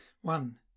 One